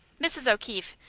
mrs. o'keefe,